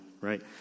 right